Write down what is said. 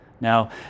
Now